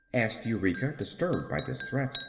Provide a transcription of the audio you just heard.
asked eureka, disturbed by this threat.